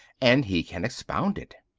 and he can expound it.